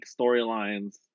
storylines